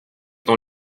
dans